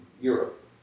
Europe